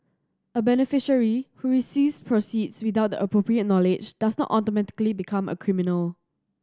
a beneficiary who receives proceeds without the appropriate knowledge does not automatically become a criminal